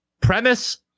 premise